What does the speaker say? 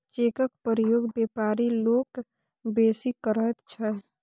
चेकक प्रयोग बेपारी लोक बेसी करैत छै